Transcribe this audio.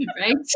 Right